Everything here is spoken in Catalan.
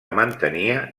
mantenia